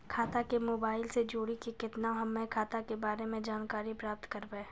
खाता के मोबाइल से जोड़ी के केना हम्मय खाता के बारे मे जानकारी प्राप्त करबे?